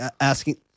asking